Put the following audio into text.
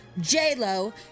J-Lo